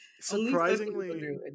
Surprisingly